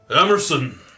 Emerson